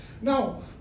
Now